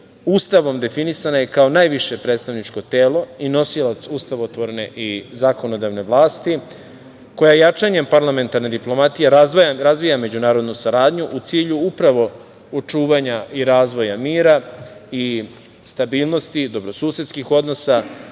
Ustavom definisana je kao najviše predstavničko telo i nosilac ustavotvorne i zakonodavne vlasti, koja jačanjem parlamentarne diplomatije razvija međunarodnu saradnju u cilju upravo očuvanja i razvoja mira, stabilnosti, dobrosusedskih odnosa,